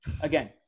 Again